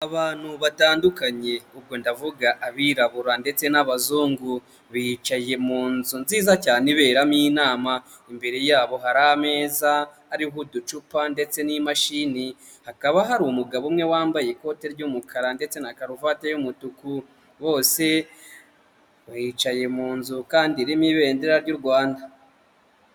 Abantu batandukanye, ubwo ndavuga abirabura ndetse n'abazungu bicaye mu nzu nziza cyane iberamo inama, imbere yabo hari ameza ariho uducupa ndetse n'imashini, hakaba hari umugabo umwe wambaye ikote ry'umukara ndetse na karuvati y'umutuku, bose bicaye mu nzu kandi irimo ibendera ry'u Rwanda.